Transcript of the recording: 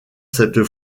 cette